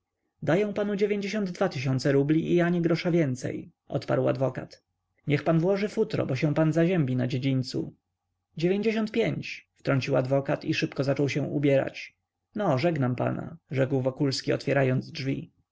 daję panu dziewięćdziesiąt dwa tysiące rubli i ani grosza więcej odparł adwokat niech pan włoży futro bo się pan zaziębi na dziedzińcu dziewięćdziesiąt pięć wtrącił adwokat i szybko zaczął się ubierać no żegnam pana rzeki wokulski otwierając drzwi